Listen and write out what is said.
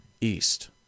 East